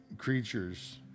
creatures